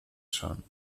son